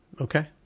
Okay